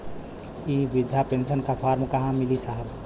इ बृधा पेनसन का फर्म कहाँ मिली साहब?